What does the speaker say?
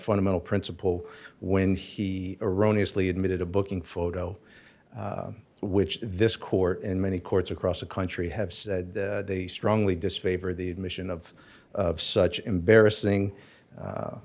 fundamental principle when he erroneous lee admitted a booking photo which this court in many courts across the country have said they strongly disfavor the admission of such embarrassing